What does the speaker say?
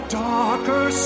darker